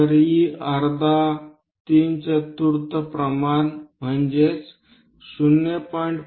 जर e अर्धा तीन चतुर्थ प्रमाण 0